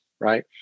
right